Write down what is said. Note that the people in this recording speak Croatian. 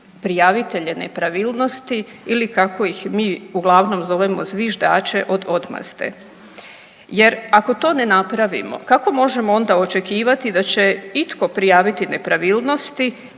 prijavitelje nepravilnosti ili kako ih mi uglavnom zovemo zviždače od odmazde. Jer ako to ne napravimo, kako možemo onda očekivati da će itko prijaviti nepravilnosti